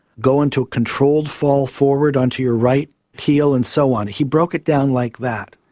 go into a controlled fall forward onto your right heel, and so on. he broke it down like that.